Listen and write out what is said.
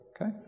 Okay